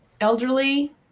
elderly